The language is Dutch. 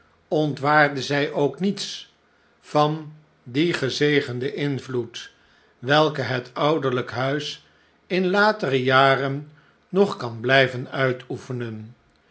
ontwaarde zii ook niets van dien gezegenden invloed welken het ouderlijke huis in latere jaren nog kan blijven uitoefenen